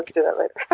like do that later.